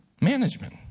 management